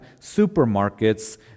supermarkets